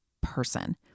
person